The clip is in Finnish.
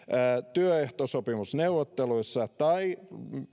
työehtosopimusneuvotteluissa tai